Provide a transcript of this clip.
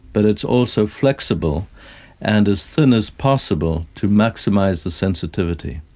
but it's also flexible and as thin as possible to maximise the sensitivity.